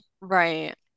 Right